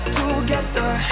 together